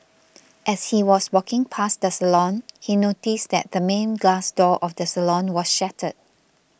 as he was walking past the salon he noticed that the main glass door of the salon was shattered